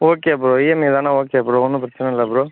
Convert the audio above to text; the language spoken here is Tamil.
ஓகே ப்ரோ ஈஎம்ஐ தானே ஓகே ப்ரோ ஒன்றும் பிரச்சின இல்லை ப்ரோ